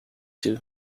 too